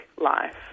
life